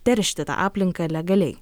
teršti tą aplinką legaliai